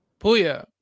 Puya